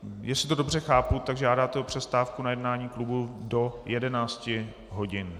Jestli to dobře chápu, tak žádáte o přestávku na jednání klubu do 11 hodin.